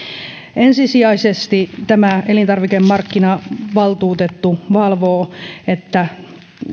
ensisijaisesti elintarvikemarkkinavaltuutettu valvoo että